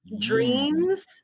dreams